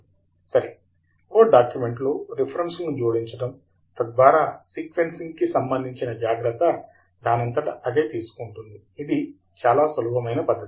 సరే వర్డ్ డాక్యుమెంట్లో రిఫరెన్స్లను జోడించడం తద్వారా సీక్వెన్సింగ్ కి సంబంధిచిన జాగ్రత్త దానంతట అదే తీసుకుంటుంది ఇది చాలా సులభమైన పద్హతి